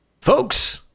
Folks